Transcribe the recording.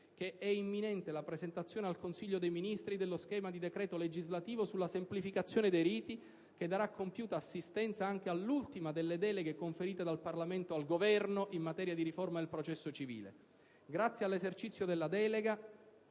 Grazie all'esercizio della delega,